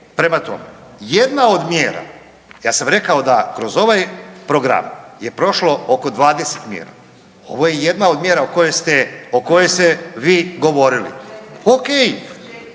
Prema tome, jedna od mjera, ja sam rekao da kroz ovaj program je prošlo oko 20 mjera, ovo je jedna od mjera o kojoj ste vi govorili.